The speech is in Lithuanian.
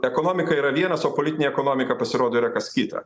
ekonomika yra vienas o politinė ekonomika pasirodo yra kas kita